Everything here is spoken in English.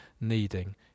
needing